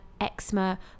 eczema